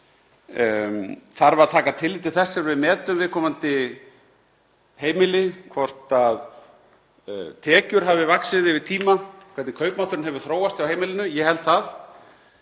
Þarf að taka tillit til þess þegar við metum viðkomandi heimili hvort tekjur hafi vaxið yfir tíma, hvernig kaupmátturinn hefur þróast hjá heimilinu? Ég held það.